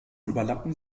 überlappen